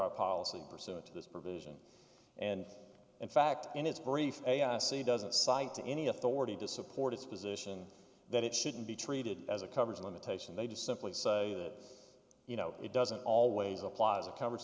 our policy pursuant to this provision and in fact in its brief c doesn't cite any authority to support its position that it shouldn't be treated as a coverage limitation they just simply say that you know it doesn't always apply as a coverage